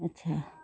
ଆଚ୍ଛା